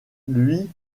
lui